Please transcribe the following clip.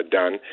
done